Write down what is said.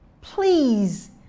please